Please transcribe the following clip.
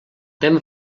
tema